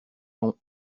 dont